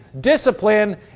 discipline